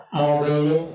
mobile